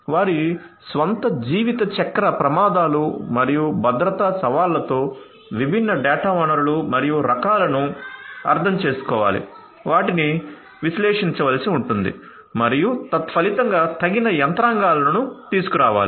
వారి స్వంత జీవితచక్ర ప్రమాదాలు మరియు భద్రతా సవాళ్లతో విభిన్న డేటా వనరులు మరియు రకాలను అర్థం చేసుకోవాలి వాటిని విశ్లేషించవలసి ఉంటుంది మరియు తత్ఫలితంగా తగిన యంత్రాంగాలను తీసుకురావాలి